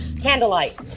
Candlelight